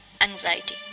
anxiety